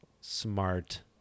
smart